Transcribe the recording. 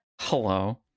Hello